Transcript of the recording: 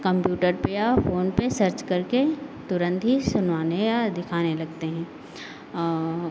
computer पे या phone पे सर्च करके तुरंत ही सुनवाने या दिखाने लगते हैं और